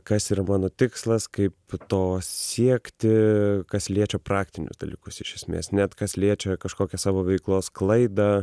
kas yra mano tikslas kaip to siekti kas liečia praktinius dalykus iš esmės net kas liečia kažkokią savo veiklos sklaidą